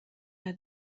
der